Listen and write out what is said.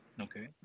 Okay